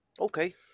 Okay